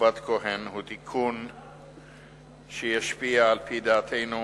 המכובד כהן הוא תיקון שישפיע, על-פי דעתנו,